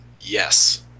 Yes